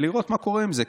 ולראות מה קורה עם זה,